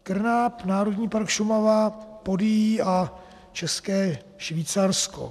KRNAP, národní park Šumava, Podyjí a České Švýcarsko.